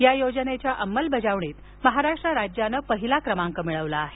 या योजनेच्या अंमलबजावणीत महाराष्ट्र राज्यानं पहिला क्रमांक मिळवला आहे